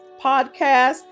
podcast